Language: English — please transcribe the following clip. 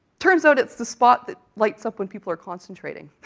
turns out it's the spot that lights up when people are concentrating.